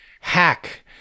hack